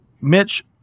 Mitch